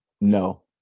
no